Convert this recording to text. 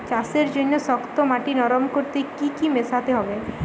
চাষের জন্য শক্ত মাটি নরম করতে কি কি মেশাতে হবে?